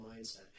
mindset